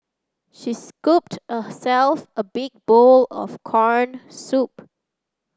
she scooped herself a big bowl of corned soup